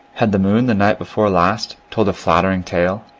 had the moon the night before last told a flattering tale?